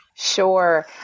Sure